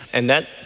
and that,